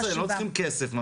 לא צריכים כסף מהמדינה.